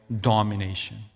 domination